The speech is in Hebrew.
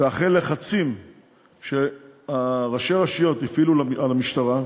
ואחרי לחצים שראשי הרשויות הפעילו על המשטרה,